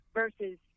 versus